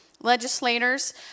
legislators